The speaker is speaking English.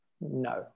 No